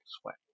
sweat